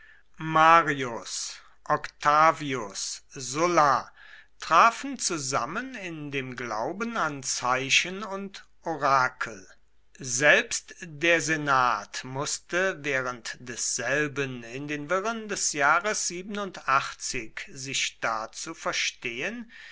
marias octavius sulla trafen zusammen in dem glauben an zeichen und orakel selbst der senat maßte während desselben in den wirren des jahres sich dazu verstehen